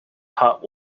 hot